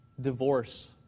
divorce